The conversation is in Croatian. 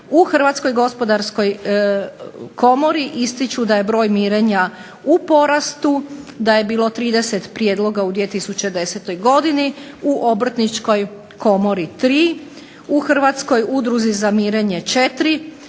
u Hrvatskoj gospodarskoj komori ističu da je broj mirenja u porastu, da je bilo 30 prijedloga u 2010. godini, u Obrtničkoj komori 3, u Udruzi za mirenje 4,